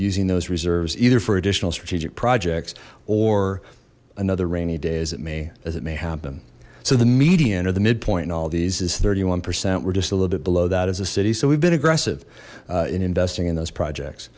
using those reserves either for additional strategic projects or another rainy day as it may as it may happen so the median or the midpoint in all these is thirty one percent we're just a little bit below that as a city so we've been aggressive in investing in those projects